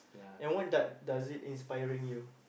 and what does does it inspiring you